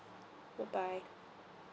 bye bye